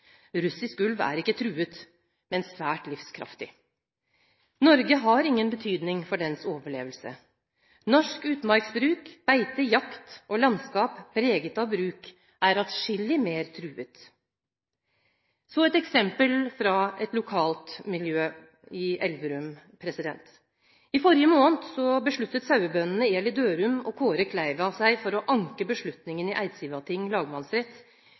Russisk ulv er ikke truet, men svært livskraftig. Norge har ingen betydning for dens overlevelse. Norsk utmarksbruk – beite, jakt og landskap preget av bruk – er atskillig mer truet. Så et eksempel fra et lokalt miljø i Elverum. I forrige måned besluttet sauebøndene Eli Dørum og Kåre Kleiva seg for å anke beslutningen i Eidsivating lagmannsrett,